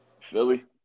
Philly